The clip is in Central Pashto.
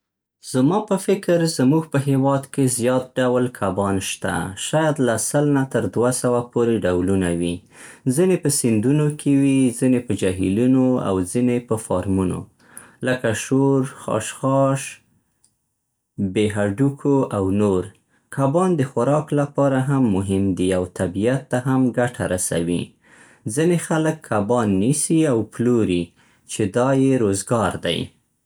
زما په فکر زموږ په هېواد کې زیات ډول کبان شته. شاید له سل نه تر دوه سوه پورې ډولونه وي. ځینې په سیندونو کې وي، ځینې په جهیلونو، او ځینې په فارمونو. لکه شور، خاشخاش، بې هډوکو، او نور. کبان د خوراک لپاره هم مهم دي او طبیعت ته هم ګټه رسوي. ځینې خلک کبان نیسي او پلوري، چې دا یې روزګار دی.